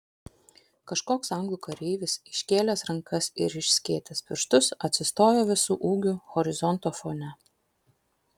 kažkoks anglų kareivis iškėlęs rankas ir išskėtęs pirštus atsistojo visu ūgiu horizonto fone